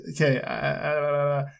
Okay